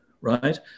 right